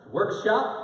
Workshop